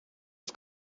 het